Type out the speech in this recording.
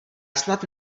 snad